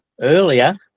earlier